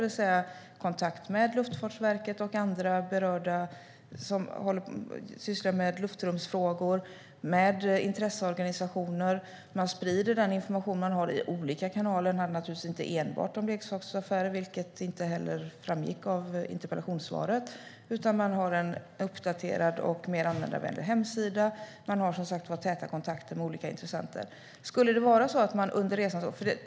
Man har kontakt med Luftfartsverket, med andra berörda som sysslar med luftrumsfrågor och med intresseorganisationer. Man sprider den information man har i olika kanaler. Det handlar naturligtvis inte enbart om leksaksaffärer, vilket inte heller framgick av interpellationssvaret. Man har en uppdaterad och mer användarvänlig hemsida. Och man har, som sagt, täta kontakter med olika intressenter.